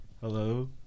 Hello